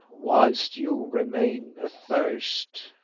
whilst you remain athirst?